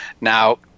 Now